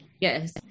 Yes